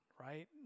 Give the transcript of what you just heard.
right